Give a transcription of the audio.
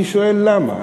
אני שואל, למה?